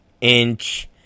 inch